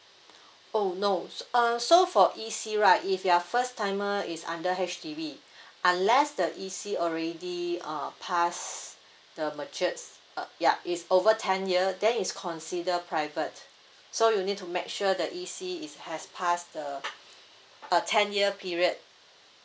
oh no so uh so for E_C right if you are first timer it's under H_D_B unless the E_C already uh pass the mature uh yup it's over ten year then it's consider private so you need to make sure the E_C is has pass the uh ten year period